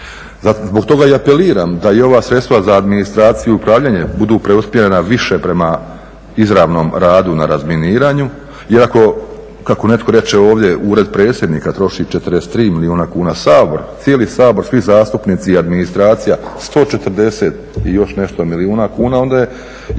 Zbog toga i apeliram da i ova sredstva za administraciju i upravljanje budu preusmjerena više prema izravnom radu na razminiranju. Jer ako, kako netko reče ovdje Ured predsjednika troši 43 milijuna kuna, Sabor cijeli Sabor, svi zastupnici i administracija 140 i još nešto milijuna kuna, onda je